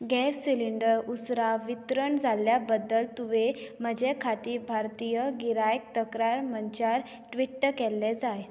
gas cylinder उसरां वितरण जाल्ल्या बद्दल तुवें म्हजे खातीर भारतीय गिरायक तक्रार मंचार ट्विट्ट केल्लें जाय